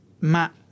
Matt